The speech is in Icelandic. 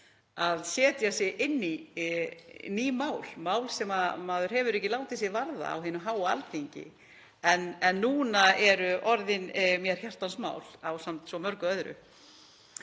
að setja sig inn í ný mál, mál sem maður hefur ekki látið sig varða á hinu háa Alþingi en eru nú orðin mér hjartans mál ásamt svo mörgu öðru.